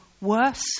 worse